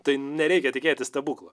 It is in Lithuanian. tai nereikia tikėtis stebuklo